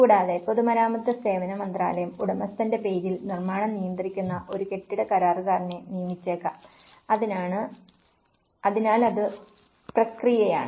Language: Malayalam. കൂടാതെ പൊതുമരാമത്ത് സേവന മന്ത്രാലയം ഉടമസ്ഥന്റെ പേരിൽ നിർമ്മാണം നിയന്ത്രിക്കുന്ന ഒരു കെട്ടിട കരാറുകാരനെ നിയമിച്ചേക്കാം അതിനാൽ അത് പ്രക്രിയയാണ്